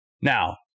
Now